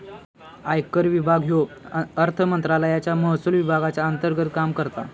आयकर विभाग ह्यो अर्थमंत्रालयाच्या महसुल विभागाच्या अंतर्गत काम करता